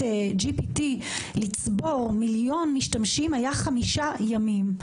GPT לצבור מיליון משתמשים היה 5 ימים.